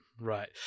Right